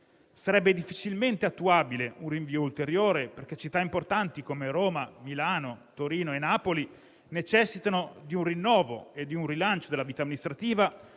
Sarebbe difficilmente attuabile un rinvio ulteriore, perché città importanti come Roma, Milano, Torino e Napoli necessitano di un rinnovo e di un rilancio della vita amministrativa